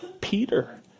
Peter